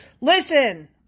Listen